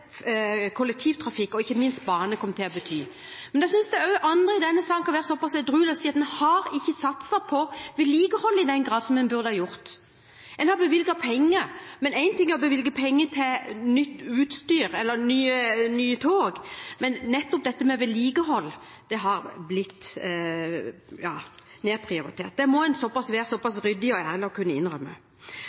kollektivtrafikk og ikke minst bane kom til å ha. Men da synes jeg også andre i denne salen kan være såpass edruelig og si at en har ikke satset på vedlikehold i den grad som en burde gjort. En har bevilget penger, men én ting er å bevilge penger til nytt utstyr eller til nye tog, men nettopp dette med vedlikehold har blitt nedprioritert. Det må en være såpass ryddig og ærlig at en kan innrømme.